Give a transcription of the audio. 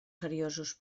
seriosos